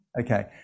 Okay